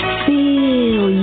feel